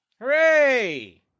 Hooray